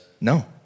no